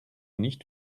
nicht